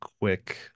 quick